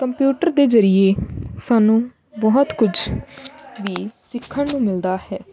computer ਦੇ ਜ਼ਰੀਏ ਸਾਨੂੰ ਬਹੁਤ ਕੁਝ ਵੀ ਸਿੱਖਣ ਨੂੰ ਮਿਲਦਾ ਹੈ